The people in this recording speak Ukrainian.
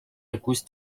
якусь